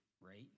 right